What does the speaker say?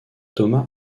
thomas